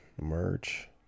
merch